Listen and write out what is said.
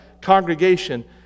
congregation